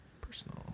Personal